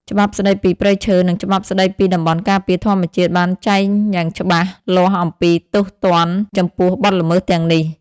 ច្បាប់ស្តីពីព្រៃឈើ និងច្បាប់ស្តីពីតំបន់ការពារធម្មជាតិបានចែងយ៉ាងច្បាស់លាស់អំពីទោសទណ្ឌចំពោះបទល្មើសទាំងនេះ។